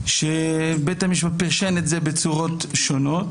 שבית המשפט פירש את זה בצורות שונות.